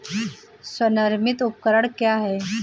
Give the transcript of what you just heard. स्वनिर्मित उपकरण क्या है?